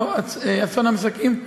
אסון המסוקים,